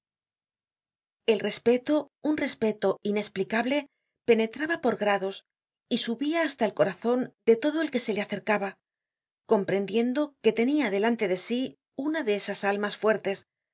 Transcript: el respeto un respeto inexplicable penetraba por grados y subia hasta el corazon de todo el que se le acercaba comprendiendo que tenia delante de sí una de esas almas fuertes